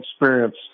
experience